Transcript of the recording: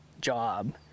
job